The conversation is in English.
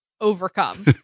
overcome